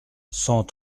cent